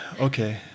Okay